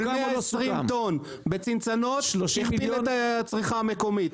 120 טון בצנצנות הכפיל את הצריכה המקומית.